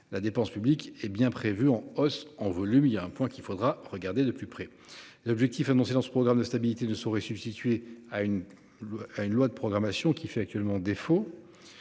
La dépense publique hé bien prévu en hausse en volume il y a un point qu'il faudra regarder de plus près l'objectif annoncé dans ce programme de stabilité ne saurait substituer à une. À une loi de programmation qui fait actuellement défaut.